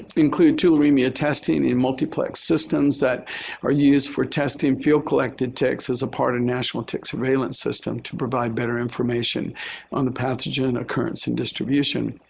include tularemia testing in multiplex systems that are used for testing field-collected ticks as a part of national tick surveillance system to provide better information on the pathogen, occurrence and distribution.